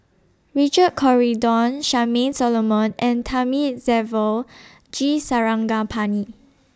Richard Corridon Charmaine Solomon and Thamizhavel G Sarangapani